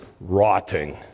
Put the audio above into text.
rotting